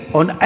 on